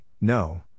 no